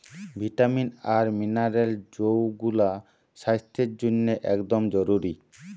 vitamin আর mineral যৌগুলা স্বাস্থ্যের জন্যে একদম জরুরি